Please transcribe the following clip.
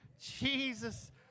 Jesus